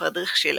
ופרידריך שילר.